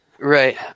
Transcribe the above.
Right